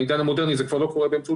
בעידן המודרני זה כבר לא קורה באמצעות